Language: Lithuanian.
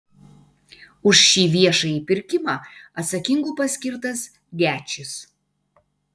už šį viešąjį pirkimą atsakingu paskirtas gečis